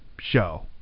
show